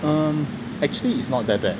um actually it's not that bad